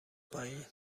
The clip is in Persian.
پایین